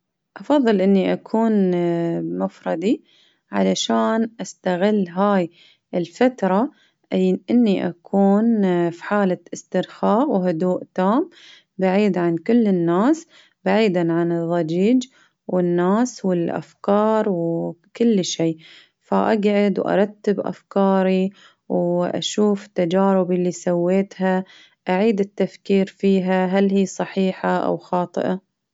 أفظل إني أكون بمفردي، علشان أستغل هاي الفترة إني أكون في حالة إسترخاء، وهدوء تام بعيد عن كل الناس ،بعيدا عن الضجيج، والناس والأفكار وكل شي ،اقعد وأرتب أفكاري و أشوف تجاربي اللي سويتها، أعيد التفكير فيها، هل هي صحيحة أو خاطئة؟